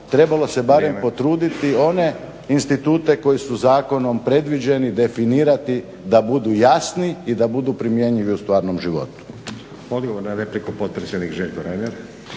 trebalo se barem potruditi one institute koji su zakonom predviđeni, definirati da budu jasni i da budu primjenjivi u stvarnom životu.